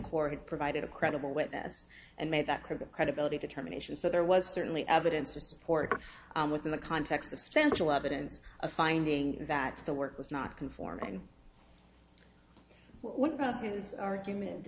had provided a credible witness and made that clear the credibility determination so there was certainly evidence to support within the context of central evidence a finding that the work was not conforming what about argument